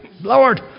Lord